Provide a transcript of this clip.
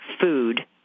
food